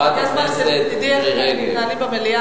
הגיע הזמן שתדעי איך מתנהלים במליאה.